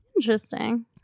Interesting